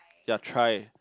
ya try